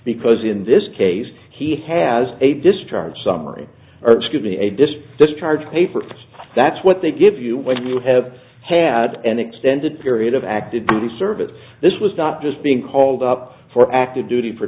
because in this case he has a discharge summary given a disk discharge paper that's what they give you when you have had an extended period of active duty service this was not just being called up for active duty for